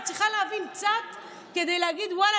את צריכה להבין קצת כדי להגיד: ואללה,